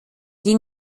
die